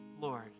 Lord